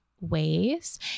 ways